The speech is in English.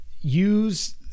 use